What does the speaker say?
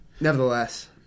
nevertheless